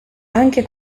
anche